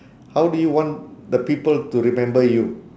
how do you want the people to remember you